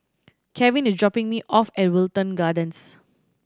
Kevin is dropping me off at Wilton Gardens